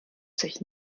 sich